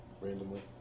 Randomly